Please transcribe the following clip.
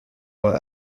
were